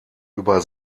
über